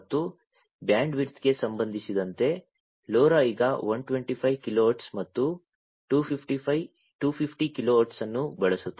ಮತ್ತು ಬ್ಯಾಂಡ್ವಿಡ್ತ್ಗೆ ಸಂಬಂಧಿಸಿದಂತೆ LoRa ಈಗ 125 ಕಿಲೋಹರ್ಟ್ಜ್ ಮತ್ತು 250 ಕಿಲೋಹರ್ಟ್ಜ್ ಅನ್ನು ಬಳಸುತ್ತದೆ